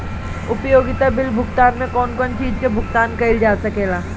उपयोगिता बिल भुगतान में कौन कौन चीज के भुगतान कइल जा सके ला?